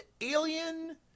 Alien